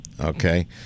okay